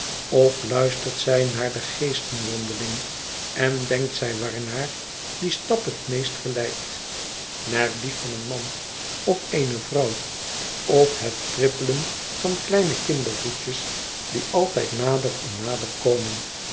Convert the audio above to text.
of luistert zij naar de geestenwandeling en denkt zij waarnaar die stap het meest gelijkt naar dien van een man of eene vrouw of het trippelen van kleine kindervoetjes die altijd nader en nader komen